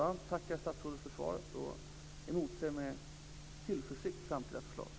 Jag tackar alltså statsrådet för svaret och emotser med tillförsikt framtida förslag.